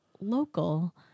local